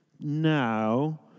now